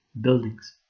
buildings